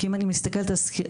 כי אם אני מסתכלת על סריקה,